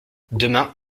demain